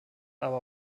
aber